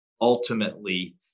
ultimately